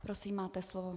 Prosím, máte slovo.